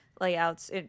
layouts